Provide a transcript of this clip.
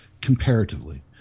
comparatively